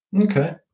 Okay